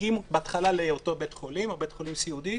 מגיעים בהתחלה לאותו בית חולים או בית חולים סיעודי,